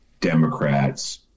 Democrats